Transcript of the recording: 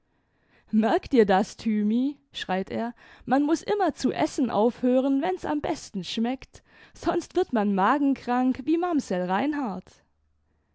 merk dir das thymi schreit er man muß immer zu essen aufhören wenn s am besten schmeckt sonst wird man magenkrank wie mamsell reinhard